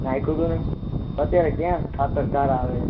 નાઈખુ તું ને અત્યારે કયા ખાતર સારા આવે છે